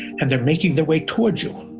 and they're making their way towards you.